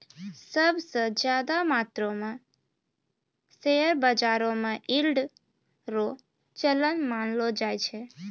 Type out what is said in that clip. सब स ज्यादा मात्रो म शेयर बाजारो म यील्ड रो चलन मानलो जाय छै